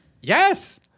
Yes